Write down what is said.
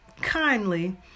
kindly